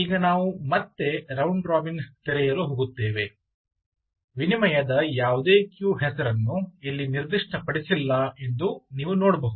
ಈಗ ನಾವು ಮತ್ತೆ ರೌಂಡ್ ರಾಬಿನ್ ತೆರೆಯಲು ಹೋಗುತ್ತೇವೆ ವಿನಿಮಯದ ಯಾವುದೇ ಕ್ಯೂ ಹೆಸರನ್ನು ಇಲ್ಲಿ ನಿರ್ದಿಷ್ಟಪಡಿಸಿಲ್ಲ ಎಂದು ನೀವು ನೋಡಬಹುದು